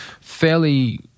fairly